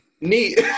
neat